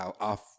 off